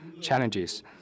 challenges